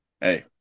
Hey